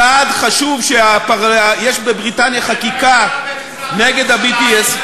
צעד חשוב שיש בבריטניה חקיקה נגד ה-BDS.